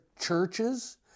churches